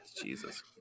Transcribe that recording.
Jesus